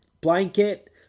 blanket